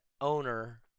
owner